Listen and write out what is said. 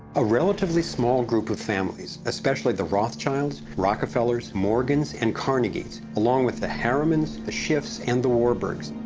a relatively small group of families, especially the rothschilds, rockefellers, morgans and carnegies, along with the harrimans, the schiffs and the warburgs,